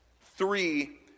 three